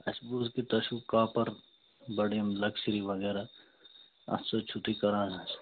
اَسہِ بوٗز کہ تۄہہِ چھُو کاپَر بَڑٕ یِم لَکجٔری وغیرہ اَتھ سۭتۍ چھُو تُہۍ کران حظ